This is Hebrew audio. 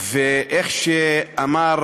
ואיך שאמר